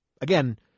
again